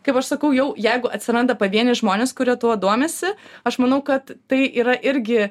kaip aš sakau jau jeigu atsiranda pavieniai žmonės kurie tuo domisi aš manau kad tai yra irgi